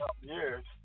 years